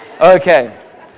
Okay